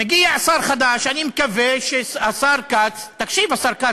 מגיע שר חדש, ואני מקווה שהשר כץ, תקשיב, השר כץ.